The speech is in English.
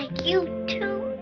you, too. oh.